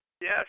Yes